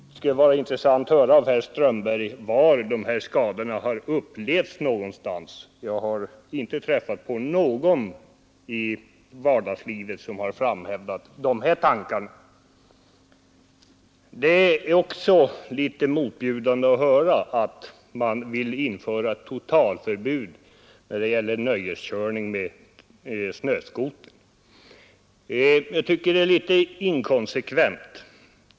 Det skulle vara intressant att höra av herr Strömberg var skador har uppstått — jag har inte träffat på någon som har hävdat en sådan uppfattning. Det är litet motbjudande att höra att man vill införa totalförbud mot nöjeskörning med snöskoter. Det är också litet inkonsekvent.